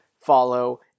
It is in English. follow